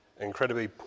incredibly